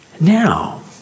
Now